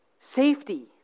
safety